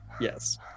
Yes